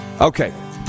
Okay